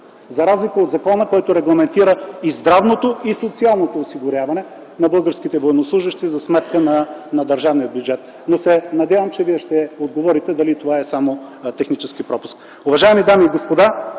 за разлика от закона, който регламентира и здравното, и социалното осигуряване на българските военнослужещи за сметка на държавния бюджет. Надявам се, че Вие ще отговорите: дали това е само технически пропуск? Уважаеми дами и господа,